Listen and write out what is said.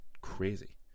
crazy